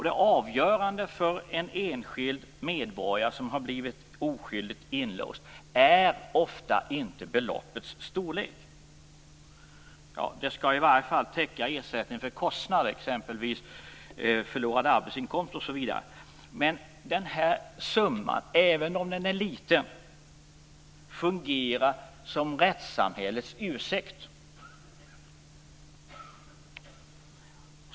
Det avgörande för en enskild medborgare som har blivit oskyldigt inlåst är ofta inte beloppets storlek. Det skall i varje fall täcka ersättning för kostnader, exempevis förlorad arbetsinkomst. Men den här summan, även om den är liten, fungerar som rättssamhällets "ursäkt".